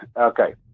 Okay